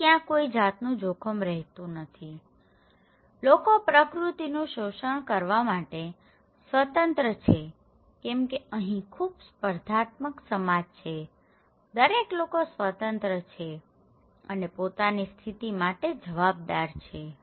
તો ત્યાં કોઈ જાતનું જોખમ રહેતું નથીલોકો પ્રકૃતિનું શોષણ કરવા માટે સ્વતંત્ર છે કેમકે અહીં ખૂબ સ્પર્ધાત્મક સમાજ છે દરેક લોકો સ્વતંત્ર છે અને પોતાની સ્થિતિ માટે જવાબદાર છે